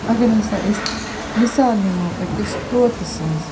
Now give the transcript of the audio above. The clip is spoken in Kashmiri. اَگَر ہَسا أسۍ مِثال نِمو أکِس طوطہٕ سٕنٛز